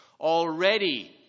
Already